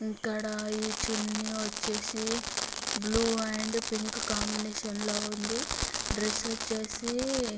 ఇక్కడ ఈ చున్నీ వచ్చేసి బ్లూ అండ్ పింక్ కాంబినేషన్లో ఉంది డ్రెస్ వచ్చేసి